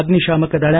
ಅಗ್ನಿತಾಮಕ ದಳ